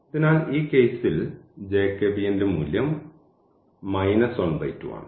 അതിനാൽ ഈ കേസിൽ ജേക്കബിയൻ മൂല്യം 12 ആണ്